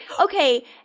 Okay